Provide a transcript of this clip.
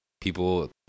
People